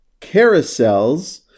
carousels